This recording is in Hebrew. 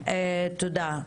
תודה.